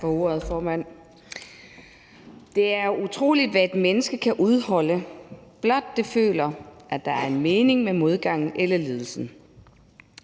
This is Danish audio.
»Det er utroligt, hvad et menneske kan udholde, blot det føler, at der er en mening med modgangen eller lidelsen«,